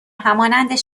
همانند